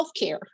healthcare